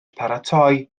paratoi